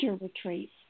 retreats